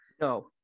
No